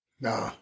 No